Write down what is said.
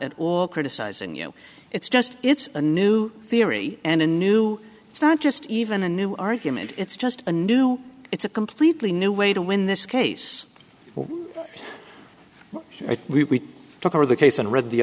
at all criticizing you it's just it's a new theory and a new it's not just even a new argument it's just a new it's a completely new way to win this case we took over the case and read the